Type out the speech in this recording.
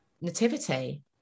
nativity